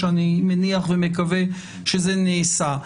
שאני מניח ומקווה שזה נעשה,